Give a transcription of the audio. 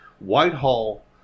Whitehall